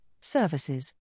services